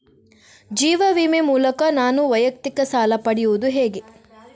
ಜೀವ ವಿಮೆ ಮೂಲಕ ನಾನು ವೈಯಕ್ತಿಕ ಸಾಲ ಪಡೆಯುದು ಹೇಗೆ?